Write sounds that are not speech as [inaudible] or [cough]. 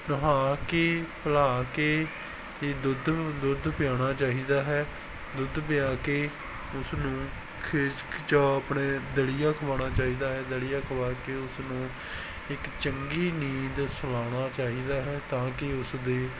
ਨਹਾ ਕੇ ਧੁਲਾ ਕੇ ਅਤੇ ਦੁੱਧ ਨੂੰ ਦੁੱਧ ਪਿਆਉਣਾ ਚਾਹੀਦਾ ਹੈ ਦੁੱਧ ਪਿਆ ਕੇ ਉਸਨੂੰ [unintelligible] ਆਪਣੇ ਦਲੀਆ ਖਵਾਉਣਾ ਚਾਹੀਦਾ ਹੈ ਦਲੀਆ ਖਵਾ ਕੇ ਉਸ ਨੂੰ ਇੱਕ ਚੰਗੀ ਨੀਂਦ ਸਵਾਉਣਾ ਚਾਹੀਦਾ ਹੈ ਤਾਂ ਕਿ ਉਸ ਦੇ